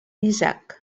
isaac